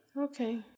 Okay